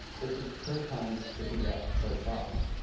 this was her time to figure out her problems.